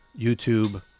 YouTube